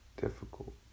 difficult